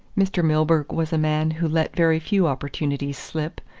mr. milburgh was a man who let very few opportunities slip.